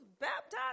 baptized